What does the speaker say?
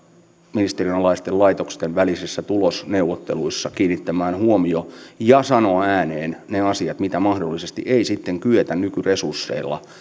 ministeriön alaisten laitosten välisissä tulosneuvotteluissa kiinnittämään huomio ja sanoa ääneen ne asiat mitä mahdollisesti ei kyetä nykyresursseilla